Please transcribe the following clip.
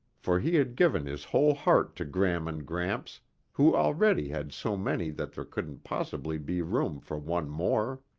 for he had given his whole heart to gram and gramps who already had so many that there couldn't possibly be room for one more.